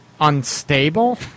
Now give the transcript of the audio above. unstable